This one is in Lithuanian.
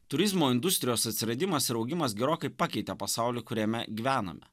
turizmo industrijos atsiradimas ir augimas gerokai pakeitė pasaulį kuriame gyvename